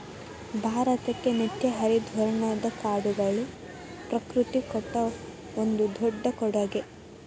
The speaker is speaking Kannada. ಭಾರತಕ್ಕೆ ನಿತ್ಯ ಹರಿದ್ವರ್ಣದ ಕಾಡುಗಳು ಪ್ರಕೃತಿ ಕೊಟ್ಟ ಒಂದು ದೊಡ್ಡ ಕೊಡುಗೆ